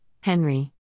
Henry